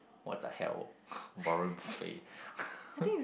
what the hell Warren-Buffet